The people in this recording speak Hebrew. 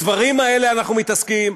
בדברים האלה אנחנו מתעסקים,